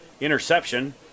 interception